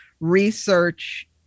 research